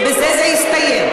ובזה זה הסתיים,